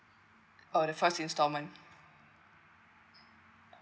oh the first installment